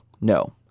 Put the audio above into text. No